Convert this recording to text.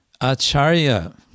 Acharya